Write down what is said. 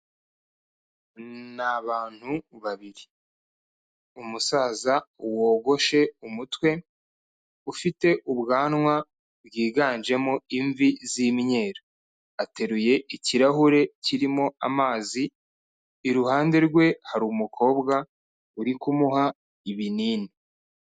Ni abantu babiri umusaza wogoshe umutwe, ufite ubwanwa bwiganjemo imvi z'imyeru, ateruye ikirahure kirimo amazi, iruhande rwe hari umukobwa uri kumuha ibinini.